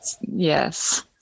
Yes